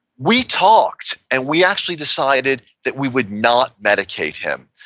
we talked, and we actually decided that we would not medicate him,